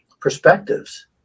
perspectives